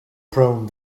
prone